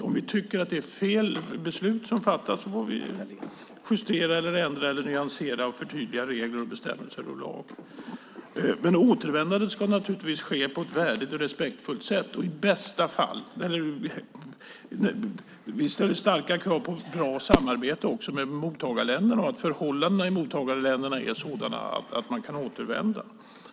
Om vi tycker att det är fel beslut som fattas får vi justera, ändra eller nyansera och förtydliga regler, bestämmelser och lagar. Återvändandet ska naturligtvis ske på ett värdigt och respektfullt sätt. Vi ställer starka krav på bra samarbete med mottagarländerna och på att förhållandena i mottagarländerna är sådana att man kan återvända.